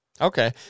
okay